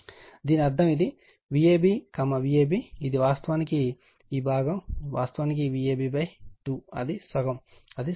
కాబట్టి దీని అర్థం ఇది ఈ Vab Vab ఇది వాస్తవానికి ఈ భాగం వాస్తవానికి Vab 2 ఇది సగం అది సమబాహు త్రిభుజం